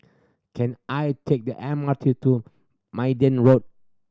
can I take the M R T to Minden Road